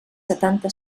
setanta